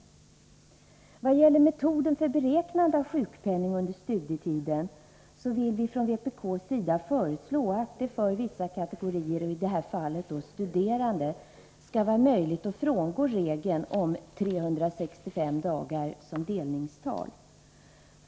Vad gäller metoden för beräknande av sjukpenning under studietiden vill vi från vpk:s sida föreslå att det för vissa kategorier, som i detta fall studerande, skall vara möjligt att frångå regeln om 365 dagar som delningstal.